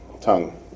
tongue